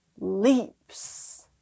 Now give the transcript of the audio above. leaps